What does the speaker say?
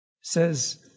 says